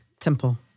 Simple